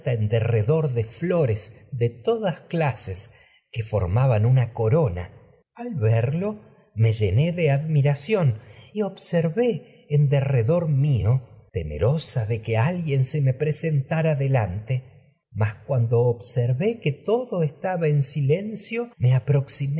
derredor de flores de clases que formaban una corona al verlo me y llené admiración que observé me en derredor mío teme rosa de alguien se presentara en delante me mas cuando observé que tumba y cabello todo estaba un silencio del aproxi